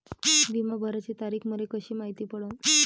बिमा भराची तारीख मले कशी मायती पडन?